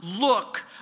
Look